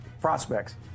prospects